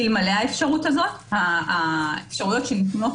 אלמלא האפשרות הזו האפשרויות שניתנות